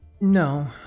No